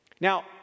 Now